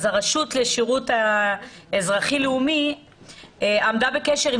הרשות לשירות אזרחי לאומי עמדה בקשר עם